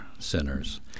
Sinners